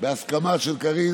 בהסכמה של קארין,